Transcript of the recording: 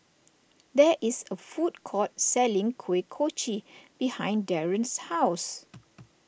there is a food court selling Kuih Kochi behind Deron's house